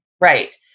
Right